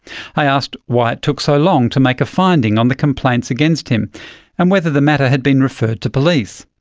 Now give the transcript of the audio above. i asked why it took so long to make a finding on the complaints against him and whether the matter had been referred to police.